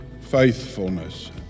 faithfulness